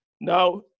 now